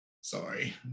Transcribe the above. sorry